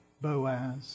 Boaz